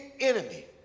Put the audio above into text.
enemy